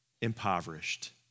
impoverished